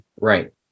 Right